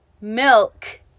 milk